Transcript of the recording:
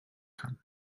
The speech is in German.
kann